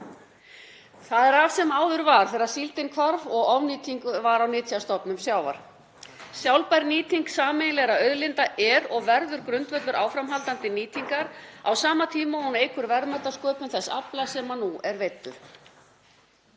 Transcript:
Það er af sem áður var þegar síldin hvarf og ofnýting var á nytjastofnum sjávar. Sjálfbær nýting sameiginlegra auðlinda er og verður grundvöllur áframhaldandi nýtingar á sama tíma og hún eykur verðmætasköpun þess afla sem nú er veiddur.